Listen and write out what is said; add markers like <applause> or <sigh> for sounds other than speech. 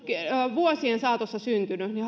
vuosien saatossa syntynyt niin <unintelligible>